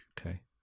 Okay